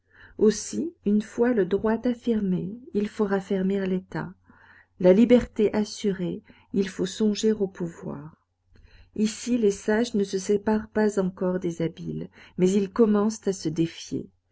aussi une fois le droit affirmé il faut raffermir l'état la liberté assurée il faut songer au pouvoir ici les sages ne se séparent pas encore des habiles mais ils commencent à se défier